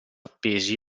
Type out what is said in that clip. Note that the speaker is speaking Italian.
appesi